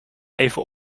even